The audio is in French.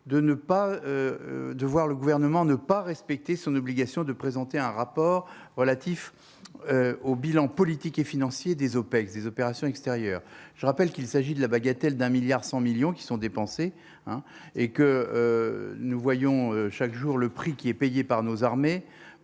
de voir le gouvernement ne pas respecter son obligation de présenter un rapport relatif au bilan politique et financier des OPEX des opérations extérieures, je rappelle qu'il s'agit de la bagatelle d'un milliard 100 millions qui sont dépensés, hein, et que nous voyons chaque jour le prix qui est payé par nos armées,